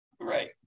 Right